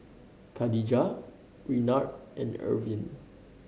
Kadijah Renard and Ervin